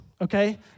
okay